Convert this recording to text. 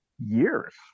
years